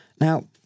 Now